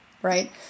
Right